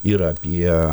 ir apie